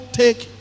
take